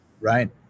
Right